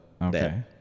okay